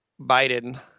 Biden